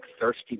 thirsty